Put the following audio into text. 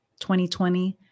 2020